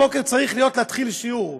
בבוקר צריך להתחיל שיעור,